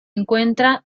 encuentra